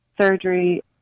Surgery